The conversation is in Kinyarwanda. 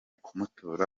kumutora